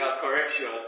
correction